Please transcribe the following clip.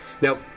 Now